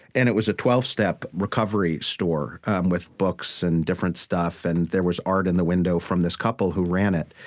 and it was a twelve step recovery store with books and different stuff. and there was art in the window from this couple who ran it.